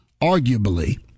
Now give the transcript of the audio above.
arguably